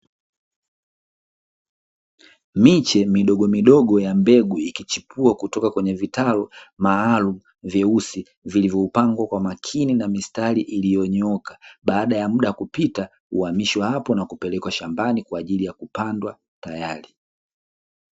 Miche midogomidogo ya mbegu ikichipua kutoka kwenye vitalu maalumu vyeusi, vilivyopangwa kwa umakini na mistari iliyonyooka, baada ya muda kupita huhamishwa hapo na kupelekwa shambani kwa ajili ya kupandwa tayari.